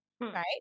right